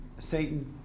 Satan